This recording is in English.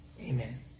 Amen